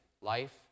life